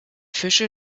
fische